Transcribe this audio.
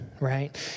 Right